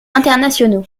internationaux